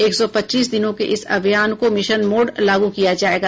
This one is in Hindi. एक सौ पच्चीस दिनों के इस अभियान को मिशन मोड लागू किया जाएगा